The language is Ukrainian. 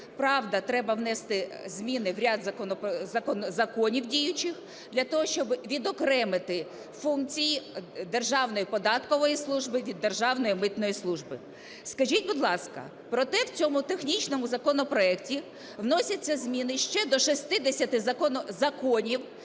правда, треба внести зміни в ряд законів діючих для того, щоби відокремити функції Державної податкової служби від Державної митної служби. Скажіть, будь ласка… Проте в цьому технічному законопроекті вносяться зміни ще до 60 законів,